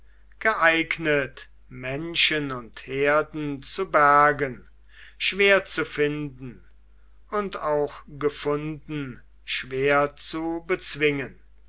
geeignet menschen und herden zu bergen schwer zu finden und auch gefunden schwer zu bezwingen